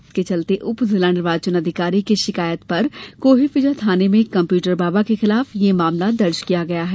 जिसके चलते उप जिला निर्वाचन अधिकारी की शिकायत पर कोहेफिजा थाने में कंप्यूटर बाबा के खिलाफ यह मामला दर्ज किया गया है